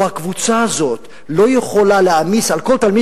או הקבוצה הזו לא יכולה להעמיס על כל תלמיד